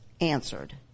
answered